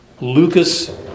Lucas